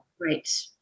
Right